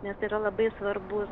nes tai yra labai svarbus